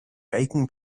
bacon